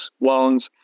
loans